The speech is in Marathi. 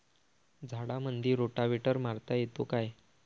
झाडामंदी रोटावेटर मारता येतो काय?